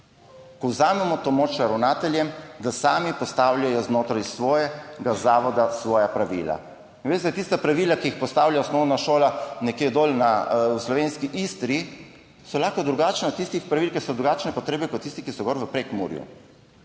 Ko vzamemo to moč ravnateljem, da sami postavljajo znotraj svojega zavoda svoja pravila. In veste, tista pravila, ki jih postavlja osnovna šola nekje v slovenski Istri, so lahko drugačna od tistih pravil, ker so drugačne potrebe, kot pri tistih, ki so v Prekmurju.